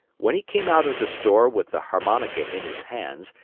when he came out of the store with the harmonica in his hands,